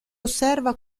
osserva